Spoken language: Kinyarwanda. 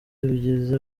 bigizi